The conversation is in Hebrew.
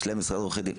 יש להם משרד עורכי דין.